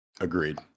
Agreed